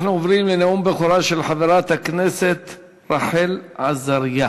אנחנו עוברים לנאום בכורה של חברת הכנסת רחל עזריה.